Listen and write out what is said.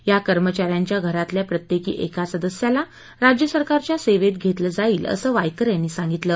या कर्मचाऱ्यांच्या घरातल्या प्रत्येकी एका सदस्याला राज्य सरकारच्या सेवेत धेतलं जाईल असं वायकर यांनी सांगितलं